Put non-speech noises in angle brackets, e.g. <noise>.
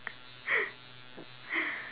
<laughs>